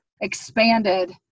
expanded